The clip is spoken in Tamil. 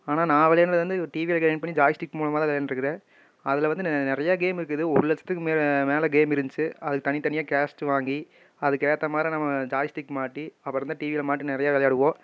ஆனால் நான் விளையாண்டது வந்து டிவியில் கனெக்ட் பண்ணி ஜாய்ஸ்டிக் மூலமாக தான் விளையாண்டுருக்கிறேன் அதில் வந்து ந நிறையா கேம் இருக்குது ஒரு லட்சத்துக்கு மே மேல் கேம் இருந்துச்சு அதுக்கு தனித்தனியாக கேசட் வாங்கி அதுக்கேற்ற மாதிரி நம்ம ஜாய்ஸ்டிக் மாட்டி அப்புறம் தான் டிவியில் மாட்டி நிறையா விளையாடுவோம்